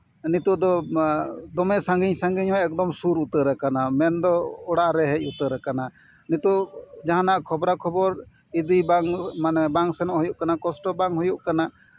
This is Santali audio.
ᱱᱤᱛᱚᱜ ᱫᱚ ᱫᱚᱢᱮ ᱥᱟᱺᱜᱤᱧ ᱥᱟᱺᱜᱤᱧ ᱦᱚᱭ ᱮᱠᱫᱚᱢ ᱥᱩᱨ ᱩᱛᱟᱹᱨ ᱟᱠᱟᱱᱟ ᱢᱮᱱᱫᱚ ᱚᱲᱟᱜ ᱨᱮ ᱦᱮᱡ ᱩᱛᱟᱹᱨ ᱟᱠᱟᱱᱟ ᱱᱤᱛᱚᱜ ᱡᱟᱦᱟᱱᱟᱜ ᱠᱷᱚᱵᱽᱨᱟ ᱠᱷᱚᱵᱚᱨ ᱤᱫᱤ ᱵᱟᱝ ᱡᱩᱫᱤ ᱵᱟᱝ ᱢᱟᱱᱮ ᱵᱟᱝ ᱥᱮᱱᱚᱜ ᱦᱩᱭᱩᱜ ᱠᱟᱱᱟ ᱠᱚᱥᱴᱚ ᱵᱟᱝ ᱦᱩᱭᱩᱜ ᱠᱟᱱᱟ